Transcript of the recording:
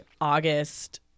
august